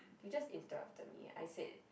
you just interrupted me I said